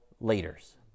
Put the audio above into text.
leaders